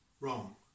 wrong